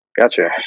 gotcha